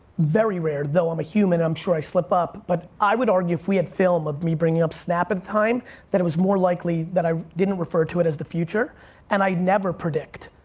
very rare though i'm a human, i'm sure i slip up but i would argue if we had film of me bringing up snap in time that it was more likely that i didn't refer to it as the future and i never predict.